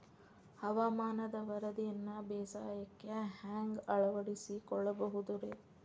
ಹವಾಮಾನದ ವರದಿಯನ್ನ ಬೇಸಾಯಕ್ಕ ಹ್ಯಾಂಗ ಅಳವಡಿಸಿಕೊಳ್ಳಬಹುದು ರೇ?